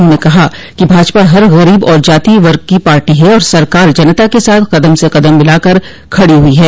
उन्होंने कहा कि भाजपा हर गरीब और जाति वर्ग की पार्टी है और सरकार जनता के साथ कदम से कदम भिलाकर खड़ी हुई है